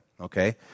okay